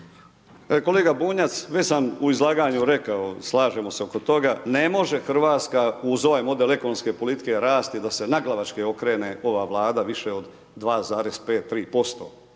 Kolega Bunjac, već sam u izlaganju rekao, slažemo se oko toga ne može Hrvatska uz ovaj model ekonomske politike rasti da se naglavačke okrene ova Vlada više od 2,5-3%.